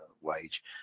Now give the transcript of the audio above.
wage